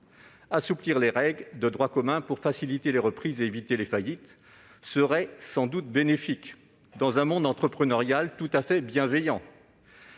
Assouplir les règles de droit commun pour faciliter les reprises et éviter les faillites serait sans doute bénéfique dans un monde entrepreneurial tout à fait bienveillant,